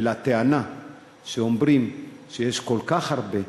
ולטענה שאומרים שיש כל כך הרבה,